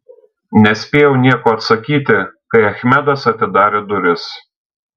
nespėjau nieko atsakyti kai achmedas atidarė duris